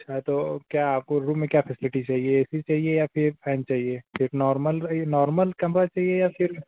अच्छा तो क्या आपको रूम में क्या फैसिलिटी चहिए ए सी चाहिए या फिर फैन चाहिए एक नॉर्मल नॉर्मल कमरा चाहिए या फिर